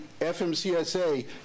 FMCSA